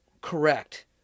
correct